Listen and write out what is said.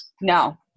No